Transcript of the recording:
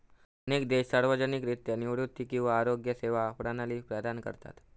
अनेक देश सार्वजनिकरित्या निवृत्ती किंवा आरोग्य सेवा प्रणाली प्रदान करतत